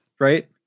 right